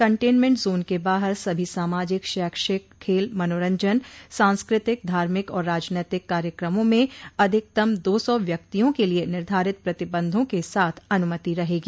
containment zone के बाहर सभी सामाजिक शैक्षिक खेल मनोरंजन सांस्कृतिक धार्मिक और राजनैतिक कार्यक्रमों में अधिकतम दो सौ व्यक्तियों के लिये निर्धारित प्रतिबंधों के साथ अनुमति रहेगी